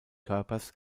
körpers